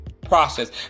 process